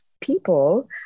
people